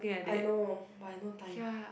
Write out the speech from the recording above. I know but I no time